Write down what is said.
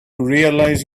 realize